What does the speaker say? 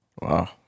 Wow